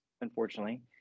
unfortunately